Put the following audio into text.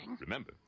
Remember